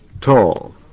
tall